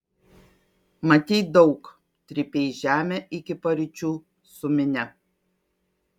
matei daug trypei žemę iki paryčių su minia